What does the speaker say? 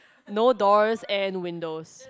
no doors and windows